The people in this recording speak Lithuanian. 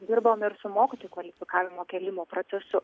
dirbom ir su mokytojų kvalifikavimo kėlimo procesu